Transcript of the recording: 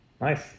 nice